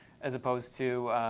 as opposed to